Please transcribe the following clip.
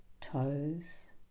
toes